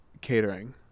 catering